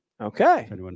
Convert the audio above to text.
Okay